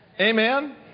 Amen